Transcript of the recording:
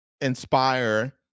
inspire